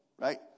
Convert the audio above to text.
right